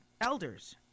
elders